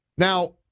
Now